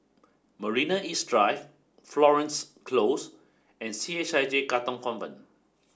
Marina East Drive Florence Close and C H I J Katong Convent